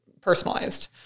personalized